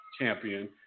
champion